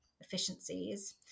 efficiencies